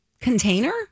container